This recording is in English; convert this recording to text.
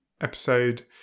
episode